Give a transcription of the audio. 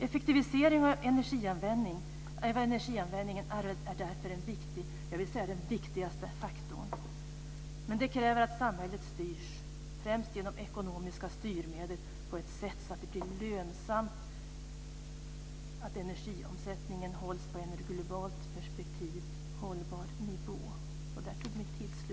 Effektivisering av energianvändning är därför en viktig - den viktigaste - faktorn. Men det kräver att samhället styrs främst genom ekonomiska styrmedel på ett sätt att det blir lönsamt att energiomsättningen hålls på en från ett globalt perspektiv hållbar nivå.